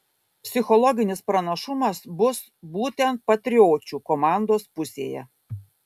psichologinis pranašumas bus būtent patriočių komandos pusėje